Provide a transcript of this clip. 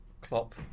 Klopp